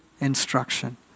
instruction